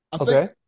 Okay